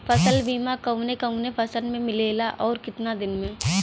फ़सल बीमा कवने कवने फसल में मिलेला अउर कितना दिन में?